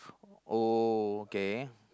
oh okay